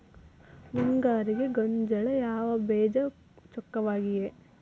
ಮುಂಗಾರಿಗೆ ಗೋಂಜಾಳ ಯಾವ ಬೇಜ ಚೊಕ್ಕವಾಗಿವೆ?